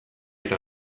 eta